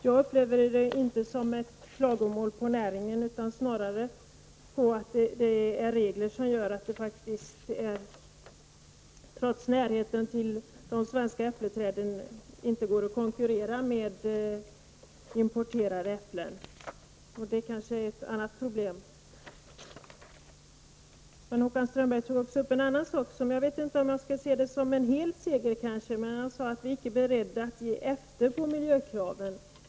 Jag upplever det inte som ett klagomål på näringen, utan snarare på att det finns regler som gör att det, trots närheten till de svenska äppelträden, inte går att konkurrera med importerade äpplen. Det är ett annat problem. Håkan Strömberg tog också upp en annan sak. Jag vet inte om jag skall se det som en hel seger, men han sade att man icke var beredd att ge efter på miljökraven.